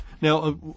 Now